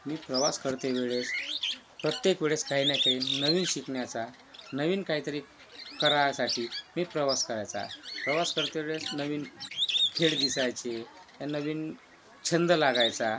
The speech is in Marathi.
मी प्रवास करतेवेळेस प्रत्येक वेळेस काही ना काही नवीन शिकण्याचा नवीन काहीतरी करायसाठी मी प्रवास करायचा प्रवास करतेवेळेस नवीन खेळ दिसायचे नवीन छंद लागायचा